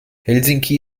helsinki